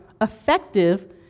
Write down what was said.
effective